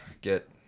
get